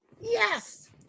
yes